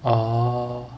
orh